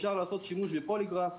אפשר לעשות שימוש בפוליגרף.